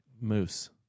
Moose